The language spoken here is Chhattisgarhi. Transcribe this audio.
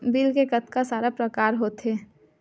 बिल के कतका सारा प्रकार होथे?